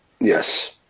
Yes